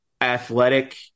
athletic